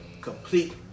complete